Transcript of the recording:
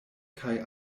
kaj